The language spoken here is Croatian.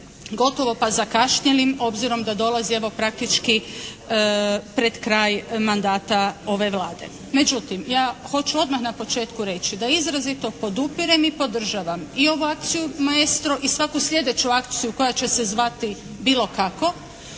gotovo pa zakašnjelim obzirom da dolazi evo, praktički pred kraj mandata ove Vlade. Međutim, ja hoću odmah na početku reći, da izrazito podupirem i podržavam i ovu akciju "Maestro" i svaku sljedeću akciju koja će se zvati bilo kako